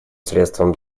средством